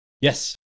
yes